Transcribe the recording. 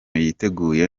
yiteguye